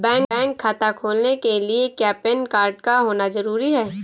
Bank खाता खोलने के लिए क्या पैन कार्ड का होना ज़रूरी है?